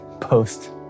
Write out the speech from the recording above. post